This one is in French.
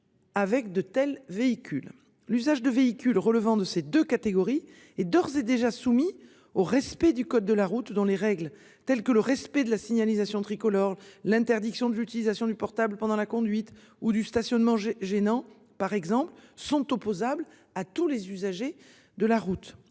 Avec de tels véhicules l'usage de véhicules relevant de ces 2 catégories et d'ores et déjà soumis au respect du code de la route dans les règles telles que le respect de la signalisation tricolore, l'interdiction de l'utilisation du portable pendant la conduite ou du stationnement gênant par exemple sont opposables à tous les usagers de la route